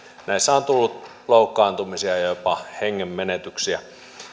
näissä on tullut loukkaantumisia ja ja jopa hengen menetyksiä